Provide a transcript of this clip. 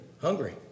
hungry